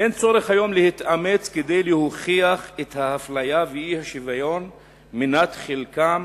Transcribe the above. אין צורך היום להתאמץ כדי להוכיח את האפליה והאי-שוויון שהם מנת חלקם